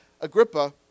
Agrippa